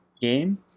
game